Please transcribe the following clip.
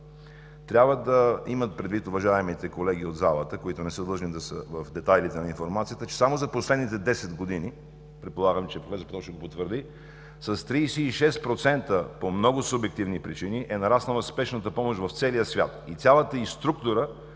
Трябва да имат предвид уважаемите колеги от залата, които не са длъжни да са в детайлите на информацията, че само за последните 10 години – предполагам, че проф. Петров ще го потвърди – с 36%, по много субективни причини, е нараснала спешната помощ в целия свят и цялата й структура